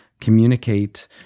communicate